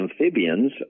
amphibians